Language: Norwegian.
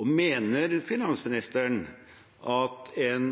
Mener finansministeren at en